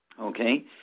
Okay